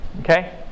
okay